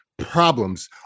problems